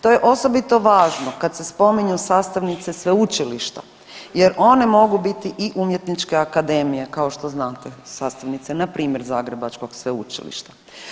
To je osobito važno kad se spominju sastavnice sveučilišta jer one mogu biti i umjetničke akademije kao što znate sastavnice, npr. Zagrebačkog sveučilišta.